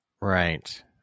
Right